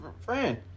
friend